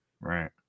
Right